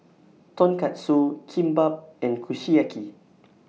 Tonkatsu Kimbap and Kushiyaki